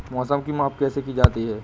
मौसम की माप कैसे की जाती है?